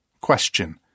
Question